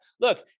Look